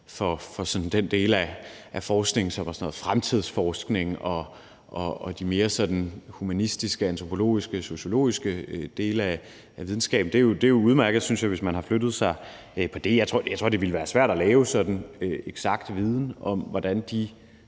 for den del af forskningen, som var fremtidsforskning, og også de mere humanistiske, antropologiske og sociologiske dele af videnskaben. Det er jo udmærket, synes jeg, hvis man har flyttet sig på det område. Jeg tror, det ville være svært at få sådan eksakt viden om, hvordan de